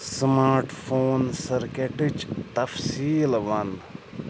smart phone سرکیٹٕچ تفصیٖل وَن